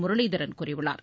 முரளிதரன் கூறியுள்ளார்